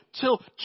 Till